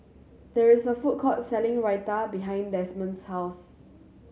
there is a food court selling Raita behind Desmond's house